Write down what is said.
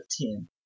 ten